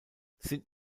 sind